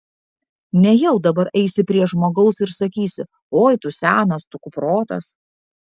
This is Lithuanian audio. nejau dabar eisi prie žmogaus ir sakysi oi tu senas tu kuprotas